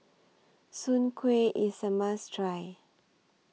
Soon Kway IS A must Try